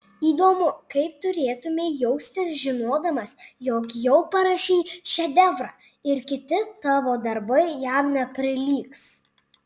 įdomu kaip turėtumei jaustis žinodamas jog jau parašei šedevrą ir kiti tavo darbai jam neprilygs